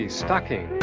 stocking